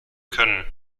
können